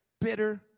Bitter